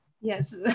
Yes